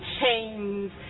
chains